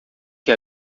que